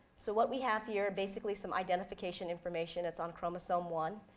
so what we have here are basically some identification information that's on chromosome one,